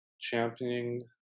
championing